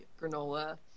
granola